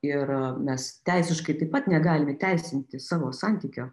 ir mes teisiškai taip pat negalim įteisinti savo santykio